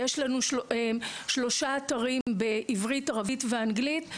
יש לנו שלושה אתרים בעברית, ערבית ואנגלית.